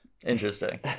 Interesting